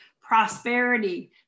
prosperity